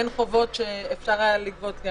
אין חובות שאפשר היה לגבות,